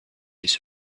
his